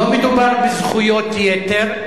לא מדובר בזכויות יתר,